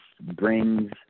brings